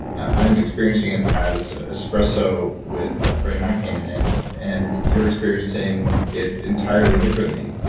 i'm experiencing it as espresso with brain octane in it and you are experiencing it entirely differently.